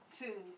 two